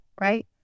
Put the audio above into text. right